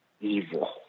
evil